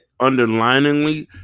underliningly